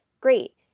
great